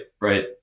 right